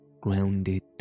grounded